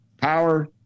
Power